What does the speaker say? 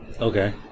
okay